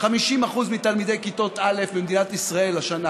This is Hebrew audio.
50% מתלמידי כיתות א' במדינת ישראל השנה